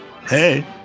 Hey